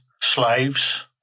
slaves